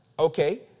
Okay